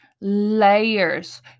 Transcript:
layers